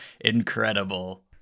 incredible